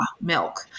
milk